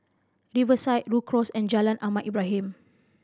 Riverside Rhu Cross and Jalan Ahmad Ibrahim